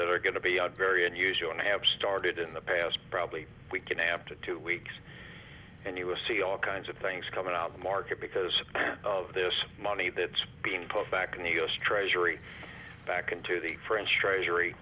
that are going to be are very unusual and have started in the past probably we can after two weeks and you will see all kinds of things coming out the market because of this money that's being put back in the u s treasury back into the french treasury